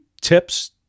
tips